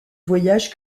voyages